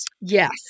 Yes